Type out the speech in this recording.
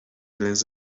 لنز